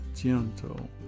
gentle